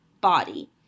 body